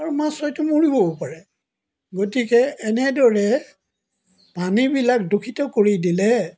আৰু মাছ হয়তো মৰিবও পাৰে গতিকে এনেদৰে পানীবিলাক দূষিত কৰি দিলে